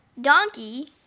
Donkey